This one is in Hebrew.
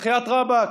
בחייאת רבאק,